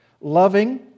Loving